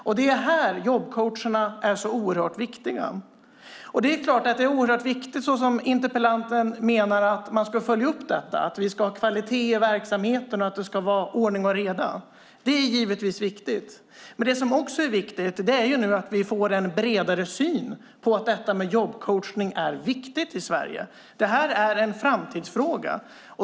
Där är jobbcoacherna oerhört viktiga. Det är klart att det, som interpellanten säger, är viktigt att följa upp detta, att vi ska ha kvalitet i verksamheten och att det ska vara ordning och reda. Det är givetvis viktigt. Men vad som också är viktigt är att vi får en bredare syn på att detta med jobbcoachning är viktigt i Sverige. Det är en framtidsfråga.